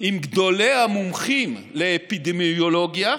עם גדולי המומחים לאפידמיולוגיה,